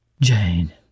Jane